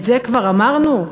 את זה כבר אמרנו?